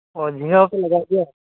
ᱚ ᱡᱷᱤᱸᱜᱟᱹ ᱦᱚᱸᱯᱮ ᱞᱟᱜᱟᱣᱮᱫ ᱜᱮᱭᱟ